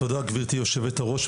תודה גברתי יושבת הראש,